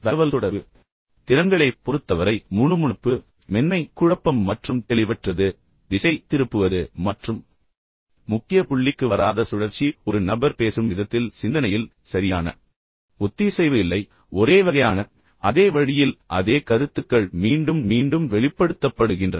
தகவல்தொடர்பு திறன்களைப் பொறுத்தவரை முணுமுணுப்பு மென்மை குழப்பம் மற்றும் தெளிவற்றது திசை திருப்புவது மற்றும் முக்கிய புள்ளிக்கு வராத சுழற்சி ஒரு நபர் பேசும் விதத்தில் சிந்தனையில் சரியான ஒத்திசைவு இல்லை ஒரேவகையான அதே வழியில் அதே கருத்துக்கள் மீண்டும் மீண்டும் வெளிப்படுத்தப்படுகின்றன